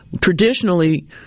Traditionally